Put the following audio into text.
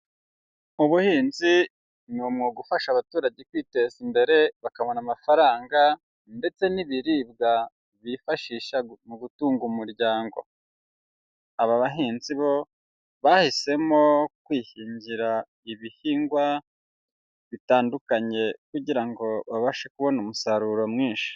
Ubuhinzi ni umwuga ufasha abaturage kwiteza imbere bakabona amafaranga ndetse n'ibiribwa bifashisha mu gutunga umuryango. Aba bahinzi bahisemo kwihingira ibihingwa bitandukanye kugira ngo babashe kubona umusaruro mwinshi.